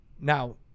Now